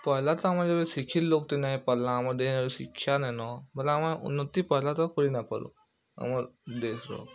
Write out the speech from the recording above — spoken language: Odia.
ପହେଲା ତ ଆମର ଇନୁ ସିଖିତ୍ ଲୋକ୍ଟେ ନେ ହେଇ ପାର୍ଲା ଆମର୍ ଦିହେଁ ଶିକ୍ଷା ନାଇଁନ ବେଲେ ଆମେ ଉନ୍ନତି ପହେଲା ତ କରି ନେ ପାରୁଁ ଆମର୍ ଦେଶ୍ର